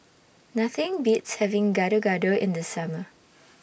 Nothing Beats having Gado Gado in The Summer